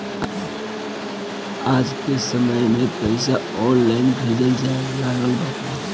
आजके समय में पईसा ऑनलाइन भेजल जाए लागल बाटे